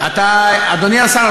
אדוני השר,